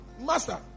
Master